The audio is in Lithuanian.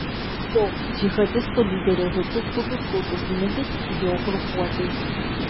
šio džihadistų lyderio žūtis būtų skaudus smūgis jo grupuotei